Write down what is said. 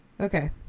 Okay